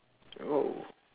!wow!